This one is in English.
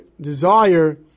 desire